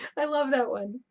i love that one!